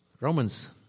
Romans